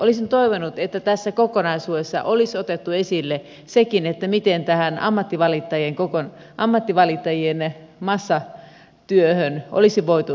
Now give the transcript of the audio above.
olisin toivonut että tässä kokonaisuudessa olisi otettu esille sekin miten tähän ammattivalittajien massatyöhön olisi voitu tarttua